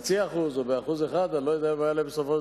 ב-0.5% או ב-1%, אני לא יודע מה יעלה בסוף,